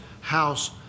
house